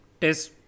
test